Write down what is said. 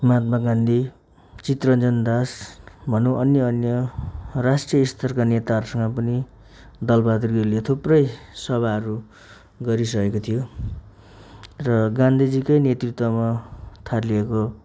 महात्मा गान्धी चितरन्जन दास भनौँ अन्य अन्य राष्ट्रीय स्तरका नेताहरूसँग पनि दल बहादुर गिरीले थुप्रै सभाहरू गरिसकेको थियो र गान्धीजीकै नेतृत्वमा थालिएको